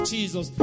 Jesus